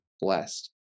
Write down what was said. blessed